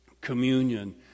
Communion